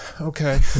okay